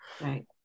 right